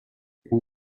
une